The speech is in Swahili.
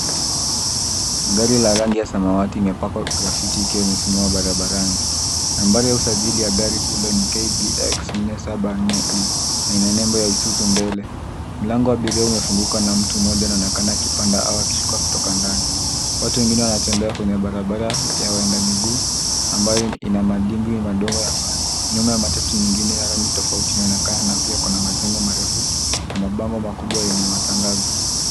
Gari la rangi ya samawati imepakwa grafitti ikiwa imesimama barabarani. Nambari ya usajili ya gari hilo ni KBX 474 E na ina nembo ya ISUZU mbele. Mlango wa abiria umefunguka na mtu mmoja naonekana akipanda au akishuka ndani. Watu wengine wanatembea kwenye barabara ya waendamiguu ambayo ina madimbwi madogo ya maji. Nyuma matatu nyingine ya rangi tofauti inaonekana na pia kuna majengo marefu na mabango makubwa yenye matangazo.